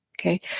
Okay